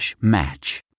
match